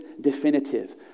definitive